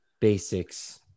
basics